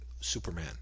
Superman